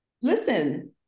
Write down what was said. listen